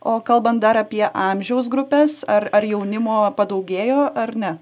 o kalbant dar apie amžiaus grupes ar ar jaunimo padaugėjo ar ne